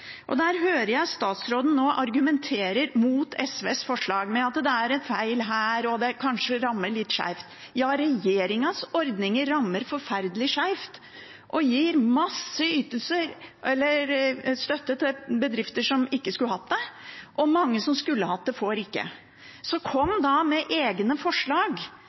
hører statsråden nå argumenterer mot SVs forslag med at det er feil her, og at det kanskje rammer litt skeivt. Regjeringens ordninger rammer forferdelig skeivt og gir masse støtte til bedrifter som ikke skulle hatt det. Og mange som skulle hatt støtte, får det ikke. Så kom med egne forslag,